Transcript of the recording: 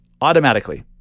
automatically